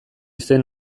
zen